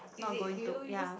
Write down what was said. not going to ya